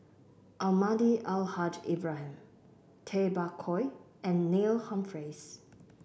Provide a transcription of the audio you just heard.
Almahdi Al Haj Ibrahim Tay Bak Koi and Neil Humphreys